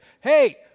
hey